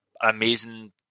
amazing